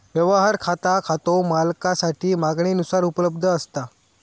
व्यवहार खाता खातो मालकासाठी मागणीनुसार उपलब्ध असता